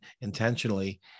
intentionally